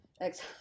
ex